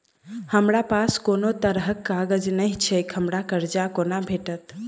हमरा पास कोनो तरहक कागज नहि छैक हमरा कर्जा कोना भेटत?